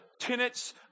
tenets